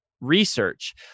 research